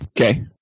Okay